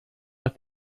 aus